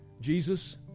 Jesus